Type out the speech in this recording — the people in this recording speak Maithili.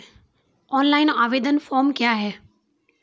ऑनलाइन आवेदन फॉर्म क्या हैं?